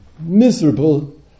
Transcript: miserable